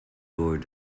door